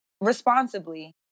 responsibly